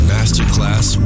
Masterclass